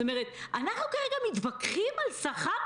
אנחנו כרגע מתווכחים על שכר,